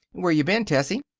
where you been, tessie?